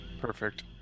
perfect